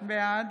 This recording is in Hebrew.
בעד